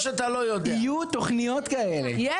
יהיו תוכניות כאלה,